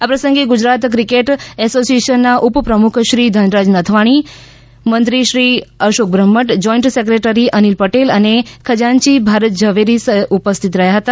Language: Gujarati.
આ પ્રસંગે ગુજરાત ક્રિકેટ ઍસોસિયેશનના ઉપપ્રમૂખ શ્રી ધનરાજ નથવાણી મંત્રી શ્રી અશોક બ્રહ્મભદ જોઇન્ટ સેક્રેટરી શ્રી અનિલ પટેલ અને ખજાનચી ભારત ઝવેરી ઉપસ્થિત રહ્યા હતા